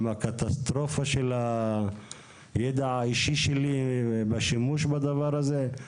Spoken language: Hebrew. הקטסטרופה של הידע האישי שלי בשימוש בדבר הזה?